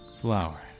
flower